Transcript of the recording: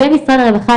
עם משרד הרווחה.